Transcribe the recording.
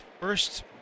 first